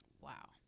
wow